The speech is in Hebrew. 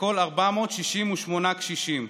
לכל 486 קשישים,